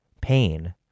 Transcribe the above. pain